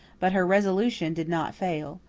but her resolution did not fail.